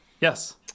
Yes